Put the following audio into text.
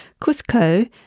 Cusco